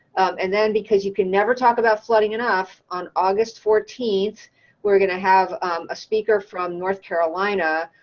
and then because you can never talk about flooding enough, on august fourteenth we're gonna have a speaker from north carolina,